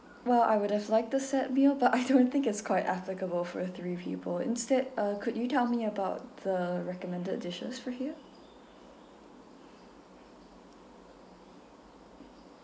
well I would have liked the set meal but I don't think it's quite applicable for three people instead uh could you tell me about the recommended dishes for here